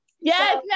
yes